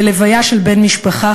בלוויה של בן משפחה,